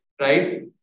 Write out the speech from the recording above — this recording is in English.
right